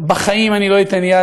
בחיים לא אתן יד,